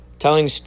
Telling